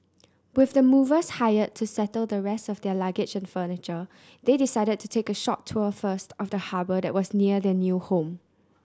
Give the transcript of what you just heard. with the movers hired to settle the rest of their luggage and furniture they decided to take a short tour first of the harbour that was near their new home